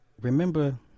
Remember